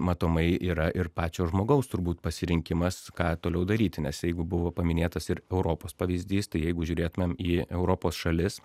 matomai yra ir pačio žmogaus turbūt pasirinkimas ką toliau daryti nes jeigu buvo paminėtas ir europos pavyzdys tai jeigu žiūrėtumėm į europos šalis